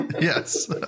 yes